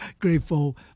grateful